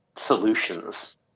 solutions